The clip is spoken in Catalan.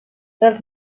els